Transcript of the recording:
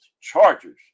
Chargers